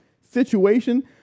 situation